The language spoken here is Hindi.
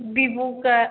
बीवो का